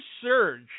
surge